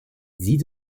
sie